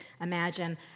imagine